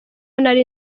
nari